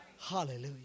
Hallelujah